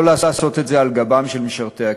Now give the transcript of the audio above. לא לעשות את זה על גבם של משרתי הקבע.